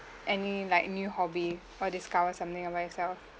any like new hobby or discover something about yourself